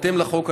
בהתאם לחוק,